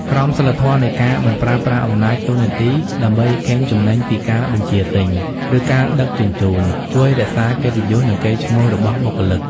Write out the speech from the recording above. ក្រមសីលធម៌នៃការមិនប្រើប្រាស់អំណាចតួនាទីដើម្បីកេងចំណេញពីការបញ្ជាទិញ ឬការដឹកជញ្ជូន ជួយរក្សាកិត្តិយស និងកេរ្តិ៍ឈ្មោះរបស់បុគ្គលិក។